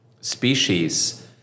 species